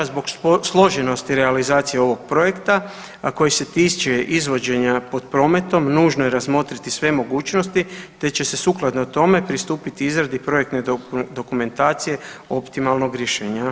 Zbog složenosti realizacije ovog projekta, a koji se tiče izvođenja pod prometom nužno je razmotriti sve mogućnosti te će se sukladno tome pristupiti izradi projektne dokumentacije optimalnog rješenja.